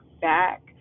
back